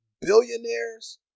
billionaires